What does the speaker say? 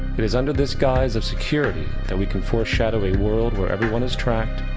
it is under disguise of security that we can forshadow a world where everyone is tracked,